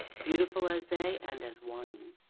beautiful as they and as wanton.